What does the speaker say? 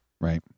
Right